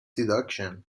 deduction